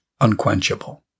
unquenchable